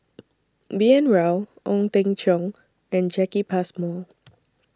B N Rao Ong Teng Cheong and Jacki Passmore